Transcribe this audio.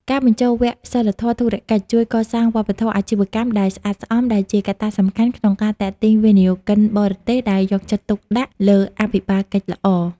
ការបញ្ចូលវគ្គសីលធម៌ធុរកិច្ចជួយកសាងវប្បធម៌អាជីវកម្មដែលស្អាតស្អំ ដែលជាកត្តាសំខាន់ក្នុងការទាក់ទាញវិនិយោគិនបរទេសដែលយកចិត្តទុកដាក់លើអភិបាលកិច្ចល្អ។